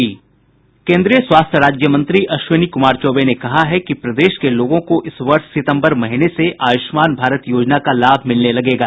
केन्द्रीय स्वास्थ्य राज्य मंत्री अश्विनी कुमार चौबे ने कहा है कि प्रदेश के लोगों को इस वर्ष सितम्बर महीने से आयूष्मान भारत योजना का लाभ मिलने लगेगा